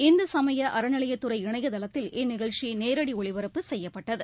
இந்துசமயஅறநியைலத்துறை இணையதளத்தில் இந்நிகழ்ச்சிநேரடிஒளிபரப்பு செய்யப்பட்டது